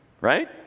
Right